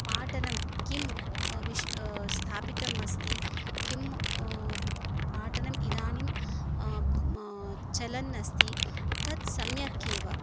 पाठनं किं विश् स्थापितम् अस्ति किं पाठनम् इदानीं चलन् अस्ति तत् सम्यक् एव